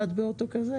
קצרה.